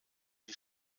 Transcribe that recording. die